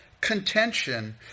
contention